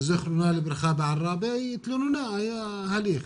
ז"ל בעראבה, היא התלוננה, היה הליך,